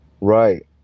Right